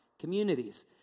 communities